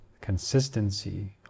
consistency